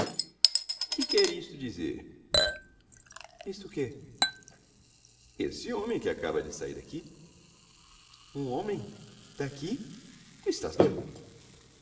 que quer isto dizer isto quê esse homem que acaba de sair daqui um homem daqui tu estas doido